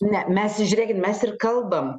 ne mes žiūrėkit mes ir kalbam